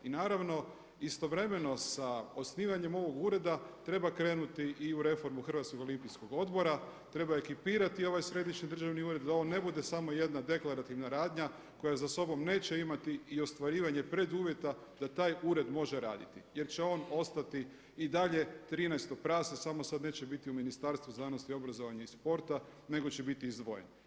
I naravno istovremeno sa osnivanjem ovog ureda treba krenuti i u reformu Hrvatskog olimpijskog odbora, treba ekipirati ovaj središnji državni ured da ovo ne bude samo jedna deklarativna radnja koja za sobom neće imati i ostvarivati preduvjeta da taj ured može raditi jer će on ostati i dalje trinaesto prase samo sad neće biti u Ministarstvu znanosti, obrazovanja i sporta nego će biti izdvojen.